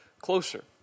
closer